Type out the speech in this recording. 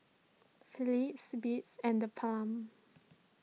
Philips Beats and theBalm